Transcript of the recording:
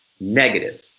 negative